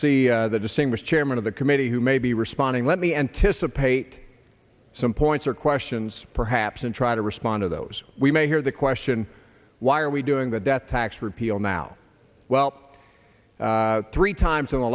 distinguished chairman of the committee who may be responding let me anticipate some points or questions perhaps and try to respond to those we may hear the question why are we doing the death tax repeal now well three times in the